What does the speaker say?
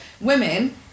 women